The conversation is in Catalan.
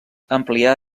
amplià